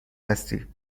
هستی